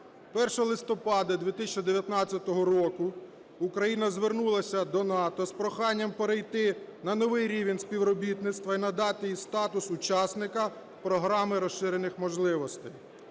1 листопада 2019 року Україна звернулася до НАТО з проханням перейти на новий рівень співробітництва і надати їй статус учасника Програми розширених можливостей.